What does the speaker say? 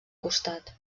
costat